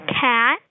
cat